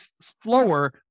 slower